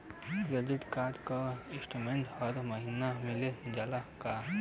Credit card क statement हर महिना मिल जाला का?